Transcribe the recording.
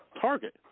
Target